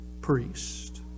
priest